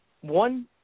one